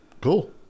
cool